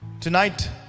Tonight